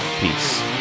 Peace